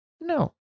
No